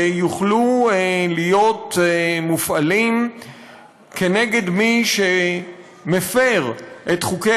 שיוכלו להיות מופעלים נגד מי שמפר את חוקי